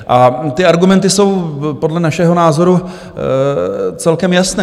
A ty argumenty jsou podle našeho názoru celkem jasné.